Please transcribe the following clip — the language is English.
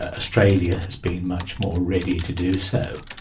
ah australia has been much more ready to do so.